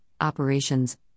operations